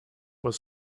was